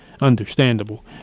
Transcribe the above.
understandable